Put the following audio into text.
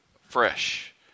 fresh